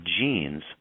genes